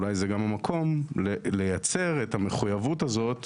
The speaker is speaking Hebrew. אולי זה גם המקום לייצר את המחויבות הזאת